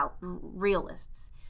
realists